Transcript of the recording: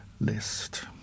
list